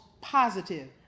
positive